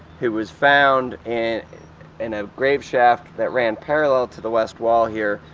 who was found and in a grave shaft that ran parallel to the west wall here,